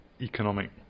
economic